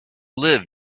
live